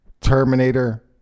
Terminator